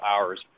hours